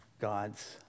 God's